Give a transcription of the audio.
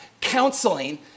counseling